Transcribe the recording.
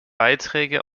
beiträge